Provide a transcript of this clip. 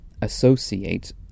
associate